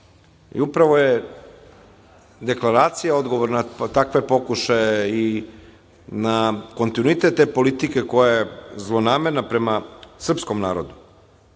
Upravo je deklaracija odgovor na takve pokušaje i na kontinuitet te politike koja je zlonamerna prema srpskom narodu.